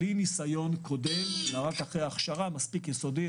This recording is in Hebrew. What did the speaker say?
בלי ניסיון קודם אלא רק אחרי הכשרה מספיק יסודית,